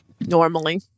Normally